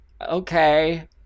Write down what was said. okay